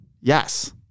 Yes